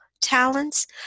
talents